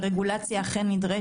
ורגולציה אכן נדרשת.